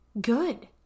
good